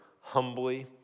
humbly